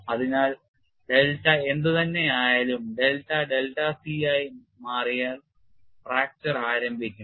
അതിനാൽ ഡെൽറ്റ എന്തു തന്നെയായാലും ഡെൽറ്റ ഡെൽറ്റ c ആയി മാറിയാൽ ഫ്രാക്ചർ ആരംഭിക്കും